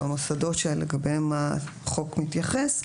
במוסדות שלגביהם החוק מתייחס,